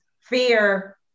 fear